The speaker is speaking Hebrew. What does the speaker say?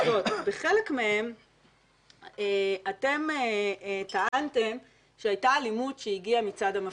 בחלק מהם אתם טענתם שהייתה אלימות שהגיעה מצד המפגינים,